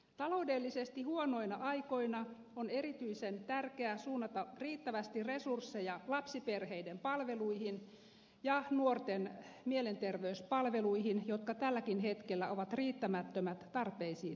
taloudellisesti huonoina aikoina on erityisen tärkeää suunnata riittävästi resursseja lapsiperheiden palveluihin ja nuorten mielenterveyspalveluihin jotka molemmat tälläkin hetkellä ovat riittämättömät tarpeisiin nähden